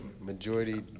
Majority